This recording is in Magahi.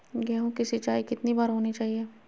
गेहु की सिंचाई कितनी बार होनी चाहिए?